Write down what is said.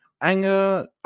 Anger